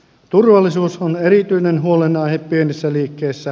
turvallisuus on erityinen huolenaihe pienissä liikkeissä